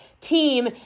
team